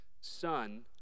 Son